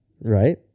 right